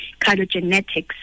cardiogenetics